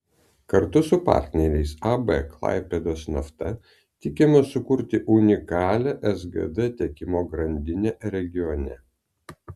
kartu su partneriais ab klaipėdos nafta tikimės sukurti unikalią sgd tiekimo grandinę regione